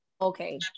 Okay